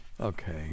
Okay